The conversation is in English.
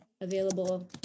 available